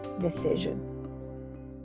decision